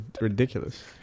ridiculous